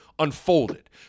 unfolded